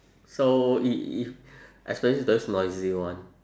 so if if especially those noisy one